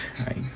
Right